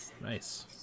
nice